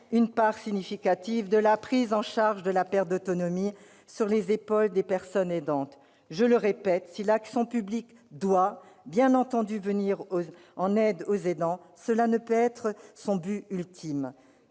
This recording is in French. une part significative de la prise en charge de la perte d'autonomie sur les épaules des personnes aidantes. Je le répète : si l'action publique doit, bien entendu, venir en aide aux aidants, ce ne peut être sa fin ultime